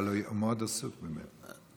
אבל הוא מאוד עסוק באמת.